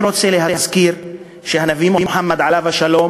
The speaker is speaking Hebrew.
אני רוצה להזכיר שהנביא מוחמד עליו השלום